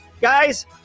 Guys